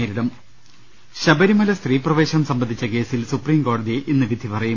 നേരിടും ങ്ങ ൽ ശബരിമല സ്ത്രീപ്രവേശനം സംബന്ധിച്ച കേസിൽ സൂപ്രീം കോടതി ഇന്ന് വിധി പറയും